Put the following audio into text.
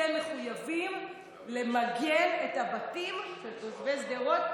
אתם מחויבים למגן את הבתים של תושבי שדרות.